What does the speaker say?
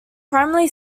primarily